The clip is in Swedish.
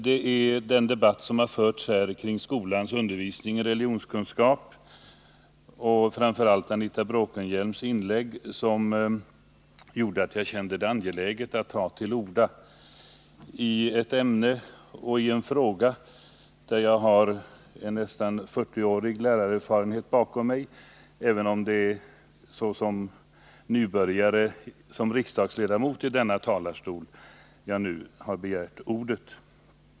Det var den debatt som här har förts kring skolans undervisning i religionskunskap och framför allt Anita Bråkenhielms inlägg som gjorde att jag kände det angeläget att ta till orda i ett ämne där jag har en nästan 40-årig lärarerfarenhet bakom mig, även om jag i egenskap av riksdagsledamot är nybörjare i denna talarstol.